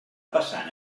passant